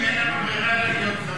אין לנו ברירה אלא להיות חריגים.